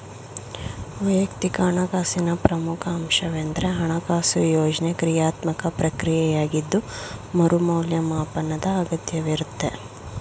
ವೈಯಕ್ತಿಕ ಹಣಕಾಸಿನ ಪ್ರಮುಖ ಅಂಶವೆಂದ್ರೆ ಹಣಕಾಸು ಯೋಜ್ನೆ ಕ್ರಿಯಾತ್ಮಕ ಪ್ರಕ್ರಿಯೆಯಾಗಿದ್ದು ಮರು ಮೌಲ್ಯಮಾಪನದ ಅಗತ್ಯವಿರುತ್ತೆ